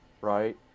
right